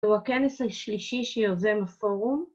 ‫הוא הכנס השלישי שיוזם הפורום.